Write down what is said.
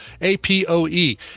a-p-o-e